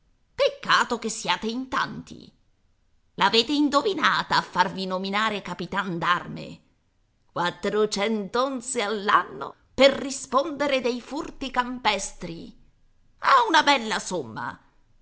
peccato che siate in tanti l'avete indovinata a farvi nominare capitan d'arme quattrocent'onze all'anno per rispondere dei furti campestri è una bella somma